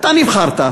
אתה נבחרת,